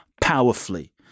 powerfully